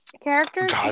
characters